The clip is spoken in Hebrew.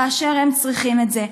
כאשר הם צריכים את זה.